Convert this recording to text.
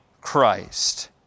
Christ